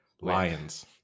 Lions